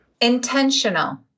Intentional